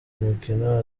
mukino